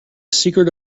secret